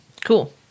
Cool